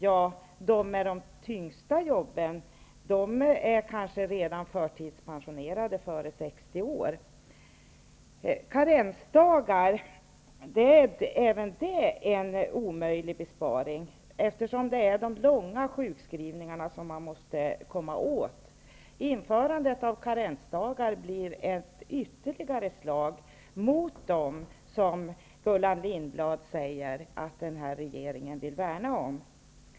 De som har de tyngsta jobben är kanske delvis förtidspensionerade före 60 Även karensdagar är en omöjlig besparing, eftersom det är de långa sjukskrivningarna som man måste komma åt. Införandet av karensdagar blir ett ytterligare slag mot dem som Gullan Lindblad säger att den här regeringen vill värna om.